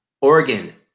Oregon